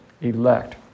elect